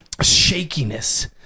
shakiness